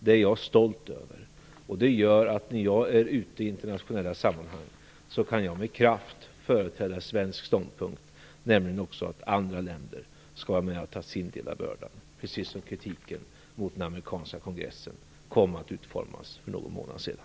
Det är jag stolt över, och det gör att jag, när jag är ute i internationella sammanhang, med kraft kan företräda svensk ståndpunkt, nämligen att också andra länder skall vara med och bära sin del av bördan, precis som kritiken mot den amerikanska kongressen kom att utformas för någon månad sedan.